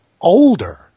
older